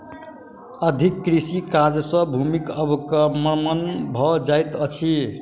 अधिक कृषि कार्य सॅ भूमिक अवक्रमण भ जाइत अछि